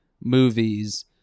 movies